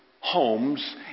Homes